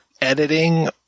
editing